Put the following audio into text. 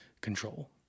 control